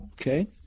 Okay